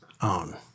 own